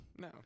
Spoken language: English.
No